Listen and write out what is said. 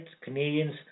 Canadians